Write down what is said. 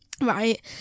right